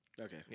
Okay